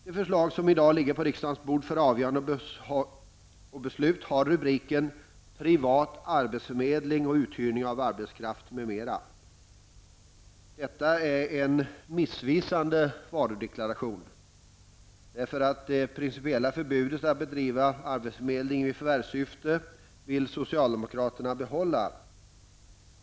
Det förslag som i dag ligger på riksdagens bord för avgörande och beslut har rubriken Privat arbetsförmedling och uthyrning av arbetskraft m.m. Detta är en missvisande varudeklaration. Socialdemokraterna vill behålla det principiella förbudet att bedriva arbetsförmedling i förvärvssyfte.